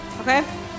Okay